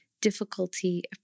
difficulty